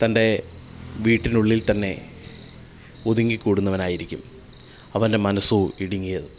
തന്റെ വീട്ടിനുള്ളിൽ തന്നെ ഒതുങ്ങി കൂടുന്നവനായിരിക്കും അവന്റെ മനസ്സോ ഇടുങ്ങിയതും